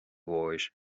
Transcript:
mhóir